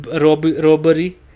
robbery